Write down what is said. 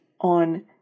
on